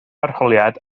arholiad